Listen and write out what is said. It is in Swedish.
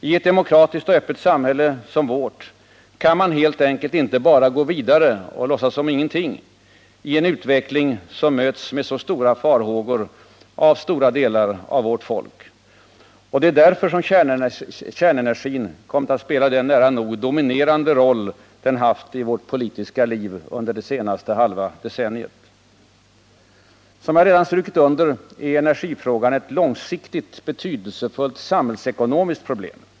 I ett demokratiskt och öppet samhälle som vårt kan man helt enkelt inte bara gå vidare och låtsas som ingenting i en utveckling som möts med så stora farhågor av betydande delar av vårt folk. Det är därför som kärnenergin kommit att spela den nära nog dominerande roll den haft i vårt politiska liv under det senaste halva decenniet. Som jag redan strukit under är energifrågan ett långsiktigt, betydelsefullt samhällsekonomiskt problem.